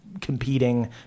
competing